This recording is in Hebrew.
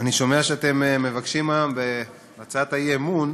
שומע שאתם מבקשים היום בהצעת האי-אמון